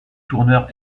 tourneur